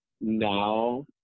now